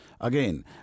Again